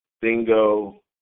bingo